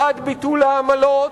בעד ביטול העמלות.